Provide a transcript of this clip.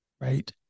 right